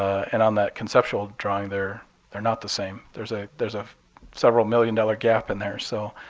and on that conceptual drawing there they're not the same. there's ah there's a several million dollar gap in there. so